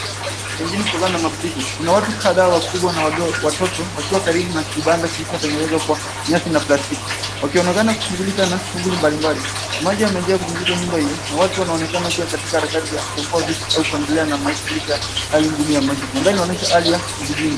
Kumejaa maji. Pengine kutokana na mafuriko. Kuna watu kadhaa wakubwa na watoto wakiwa karibu na kibanda kilichotengenezwa kwa nyasi na plastiki. Wakionekana kushughulika na shughuli mbalimbali. Maji yamejaa kuzunguka nyumba hiyo na watu wanaonekana kuwa katika harakati za kuokoa vitu au kuendelea na maisha licha ya hali ngumu ya maisha. Mandhari inaonyesha hali ya kijijini.